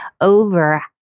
over